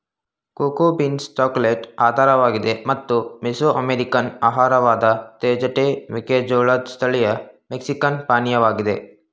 cocoa beans chocolate ಆಧಾರವಾಗಿದೆ ಮತ್ತು Mesoamerican ಆಹಾರವಾದ ತೇಜಟೆ ಮೆಕ್ಕೆಜೋಳದ್ ಸ್ಥಳೀಯ ಮೆಕ್ಸಿಕನ್ ಪಾನೀಯವಾಗಿದೆ